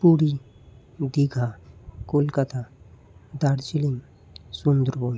Puri Digha Kolkata Darjeeling Sundarban